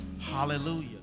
hallelujah